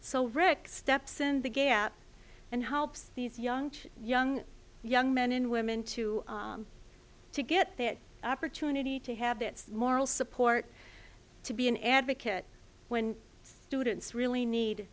so rick steps in the gap and helps these young young young men and women to to get that opportunity to have that moral support to be an advocate when students really need